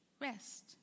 rest